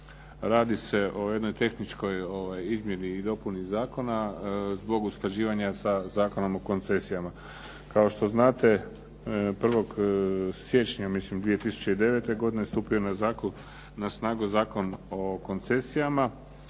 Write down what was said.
Radi se o jednoj tehničkoj izmjeni i dopuni zakona zbog usklađivanja sa Zakonom o koncesijama. Kao što znate, 1. siječnja mislim 2009. stupio je na snagu Zakon o koncesijama.